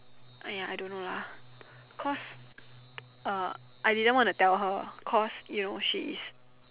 !aiya! I don't know lah cause uh I didn't want to tell her cause you know she is